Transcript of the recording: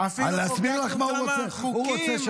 אני אסביר לך מה הוא רוצה,